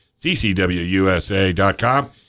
CCWUSA.com